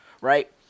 right